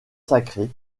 sacré